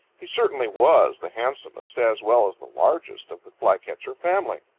he certainly was the handsomest as well as the largest of the flycatcher family.